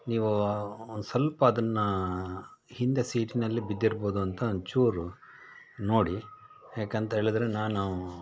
ನೀವು ಒಂದು ಸ್ವಲ್ಪ ಅದನ್ನ ಹಿಂದೆ ಸೀಟಿನಲ್ಲಿ ಬಿದ್ದಿರ್ಬೋದು ಅಂತ ಒಂಚೂರು ನೋಡಿ ಯಾಕಂತ ಹೇಳಿದರೆ ನಾನು